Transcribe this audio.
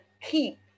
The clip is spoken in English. keep